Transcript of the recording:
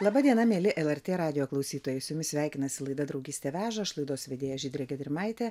laba diena mieli lrt radijo klausytojai su jumis sveikinasi laida draugystė veža aš laidos vedėja žydrė gedrimaitė